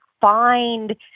find